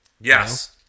Yes